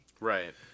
right